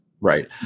Right